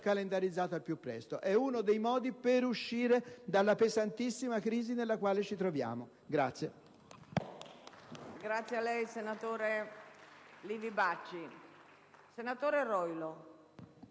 calendarizzato al più presto. È uno dei modi per uscire dalla pesantissima crisi nella quale ci troviamo.